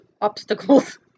obstacles